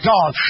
God